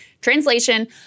Translation